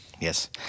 Yes